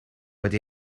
wedi